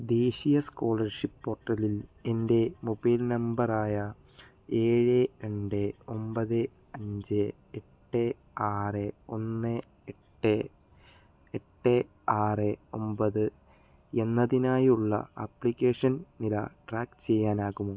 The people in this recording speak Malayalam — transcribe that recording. ദേശീയ സ്കോളർഷിപ്പ് പോർട്ടലിൽ എൻ്റെ മൊബൈൽ നമ്പർ ആയ ഏഴ് രണ്ട് ഒമ്പത് അഞ്ച് എട്ട് ആറ് ഒന്ന് എട്ട് എട്ട് ആറ് ഒമ്പത് എന്നതിനായുള്ള ആപ്ലിക്കേഷൻ നില ട്രാക്ക് ചെയ്യാനാകുമോ